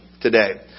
today